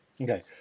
Okay